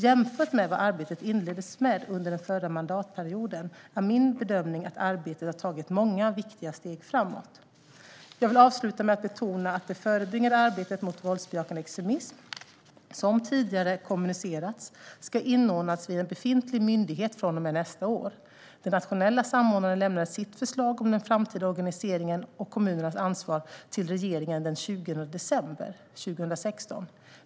Jämfört med var det inleddes under den förra mandatperioden är min bedömning att arbetet har tagit många viktiga steg framåt. Jag vill avsluta med att betona att det förebyggande arbetet mot våldsbejakande extremism ska inordnas vid en befintlig myndighet från och med nästa år, vilket tidigare kommunicerats. Den nationella samordnaren lämnade sitt förslag om den framtida organiseringen och kommunernas ansvar till regeringen den 20 december 2016.